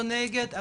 לא נגד,